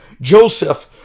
Joseph